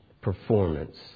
performance